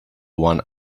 one